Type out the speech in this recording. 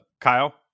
Kyle